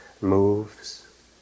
moves